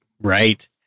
right